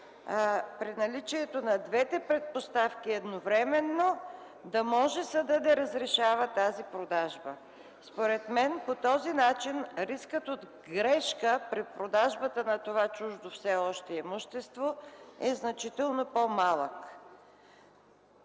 при наличието на двете предпоставки едновременно да може съдът да разрешава тази продажба. Според мен по този начин рискът от грешка при продажбата на това чуждо все още имущество е значително по-малък.